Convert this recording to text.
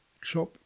shop